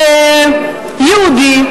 שיהודי,